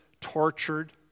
tortured